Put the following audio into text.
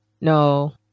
no